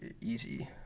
easy